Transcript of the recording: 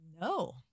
No